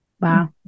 Wow